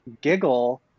giggle